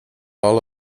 all